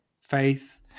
faith